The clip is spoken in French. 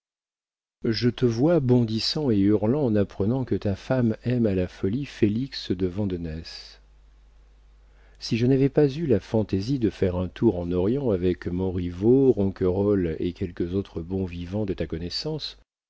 je te vois bondissant et hurlant en apprenant que ta femme aime à la folie félix de vandenesse si je n'avais pas eu la fantaisie de faire un tour en orient avec montriveau ronquerolles et quelques autres bons vivants de ta connaissance